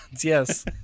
yes